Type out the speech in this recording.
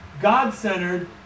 God-centered